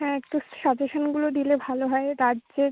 হ্যাঁ একটু সাজেশানগুলো দিলে ভালো হয় রাজ্যের